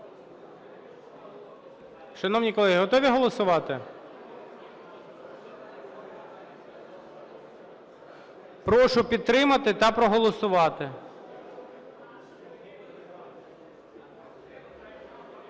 Шановні колеги, готові голосувати? Прошу підтримати та проголосувати.